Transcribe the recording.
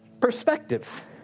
perspective